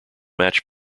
match